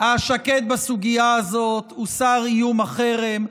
בסוגיה הזאת הוסר איום החרם.